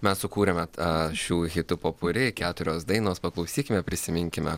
mes sukūrėme tą šių hitų popuri keturios dainos paklausykime prisiminkime